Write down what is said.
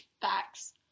Facts